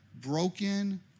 Broken